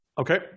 okay